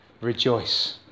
rejoice